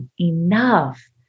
enough